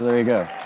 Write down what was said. there you go.